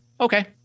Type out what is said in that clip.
okay